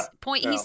point